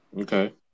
Okay